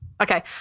Okay